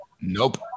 Nope